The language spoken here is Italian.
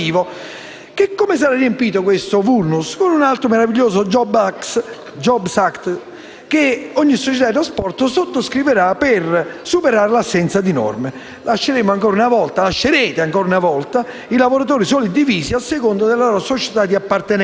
che sarà riempito con un altro meraviglioso *jobs act* che ogni società di trasporti sottoscriverà per superare l'assenza di norme. Lascerete ancora una volta i lavoratori suddivisi a seconda della loro società di appartenenza.